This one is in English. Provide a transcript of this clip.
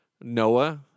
Noah